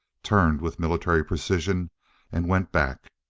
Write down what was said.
turned with military precision and went back.